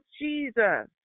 Jesus